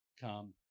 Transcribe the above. come